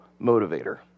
motivator